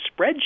spreadsheet